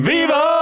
Viva